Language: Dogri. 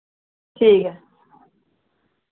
ठीक ऐ